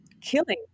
killing